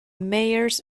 mayors